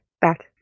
back